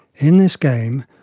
in this game,